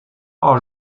are